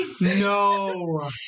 No